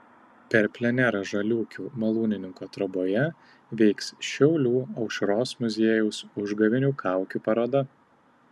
per plenerą žaliūkių malūnininko troboje veiks šiaulių aušros muziejaus užgavėnių kaukių paroda